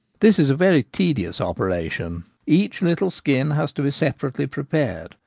this is a very tedious operation. each little skin has to be separately prepared,